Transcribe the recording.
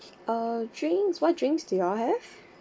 uh drinks what drinks do you all have